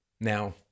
Now